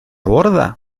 borda